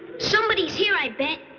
somebody's here, i bet.